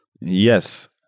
Yes